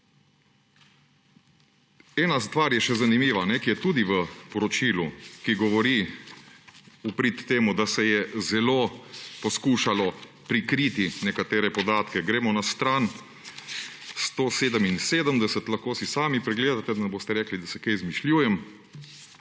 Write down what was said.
Ena stvar, ki je tudi v poročilu, ki govori v prid temu, da se je zelo poskušalo prikriti nekatere podatke, je še zanimiva. Gremo na stran 177, lahko si sami pregledate, da ne boste rekli, da si kaj izmišljujem.